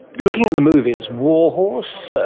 looking at the movies, war horse, ah